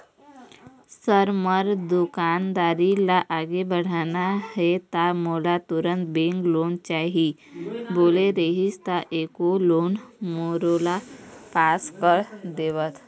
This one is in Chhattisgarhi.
सर मोर दुकानदारी ला आगे बढ़ाना हे ता मोला तुंहर बैंक लोन चाही बोले रीहिस ता एको लोन मोरोला पास कर देतव?